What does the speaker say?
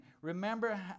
remember